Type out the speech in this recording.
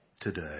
today